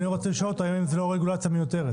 כי אני רוצה לשאול אותם אם זה לא רגולציה מיותרת.